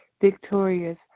victorious